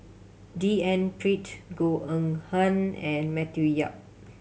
D N Pritt Goh Eng Han and Matthew Yap